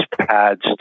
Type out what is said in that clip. pads